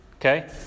Okay